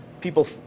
people